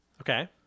okay